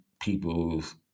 people's